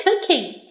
cooking